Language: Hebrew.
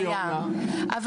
אבל,